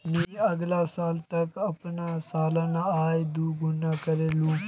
मी अगला साल तक अपना सालाना आय दो गुना करे लूम